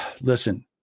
Listen